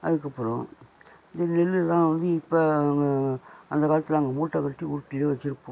அதுக்கப்புறம் இந்த நெல்லு எல்லாம் வந்து இப்போ அங்கே அந்த காலத்து நாங்கள் மூட்டை கட்டி உருட்டி தான் வச்சுருப்போம்